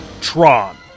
Tron